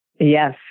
Yes